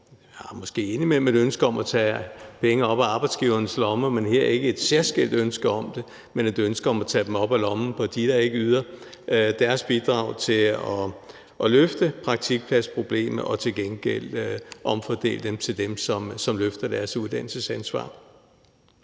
Vi har måske indimellem et ønske om at tage penge op af arbejdsgivernes lommer, men her har vi ikke et særskilt ønske om det, men vi har et ønske om at tage dem op af lommen på dem, der ikke yder deres bidrag til at løfte praktikpladsproblemet, og til gengæld omfordele de penge til dem, som løfter deres uddannelsesansvar.